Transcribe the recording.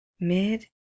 Mid